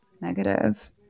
negative